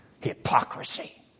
hypocrisy